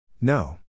No